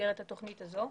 במסגרת התכנית הזו.